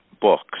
books